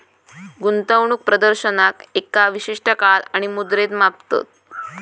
गुंतवणूक प्रदर्शनाक एका विशिष्ट काळात आणि मुद्रेत मापतत